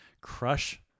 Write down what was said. crush